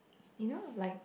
you know like